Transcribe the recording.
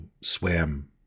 swam